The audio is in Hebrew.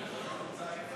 אין נמנעים.